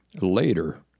later